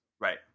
right